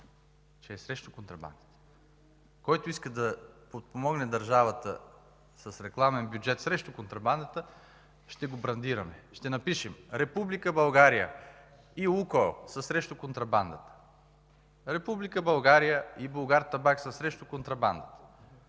също срещу контрабандата. Който иска да подпомогне държавата с рекламен бюджет срещу контрабандата, ще го брандираме. Ще напишем: „Република България и „Лукойл” са срещу контрабандата”, „Република България и „Булгартабак” са срещу контрабандата”,